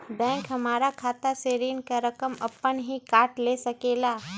Bank हमार खाता से ऋण का रकम अपन हीं काट ले सकेला?